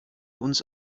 uns